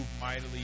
mightily